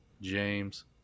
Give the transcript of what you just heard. James